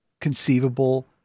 conceivable